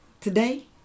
today